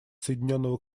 соединенного